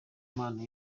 impano